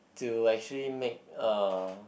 to like actually make uh